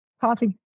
Coffee